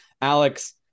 Alex